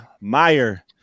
Meyer